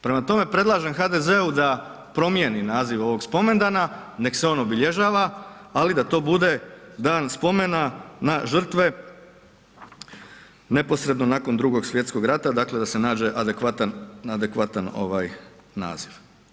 Prema tome, predlažem HDZ-u da promijeni naziv ovog spomendana, neka se on obilježava, ali da to bude Dan spomena na žrtve neposredno nakon Drugog svjetskog rata dakle da se nađe adekvatan, adekvatan naziv.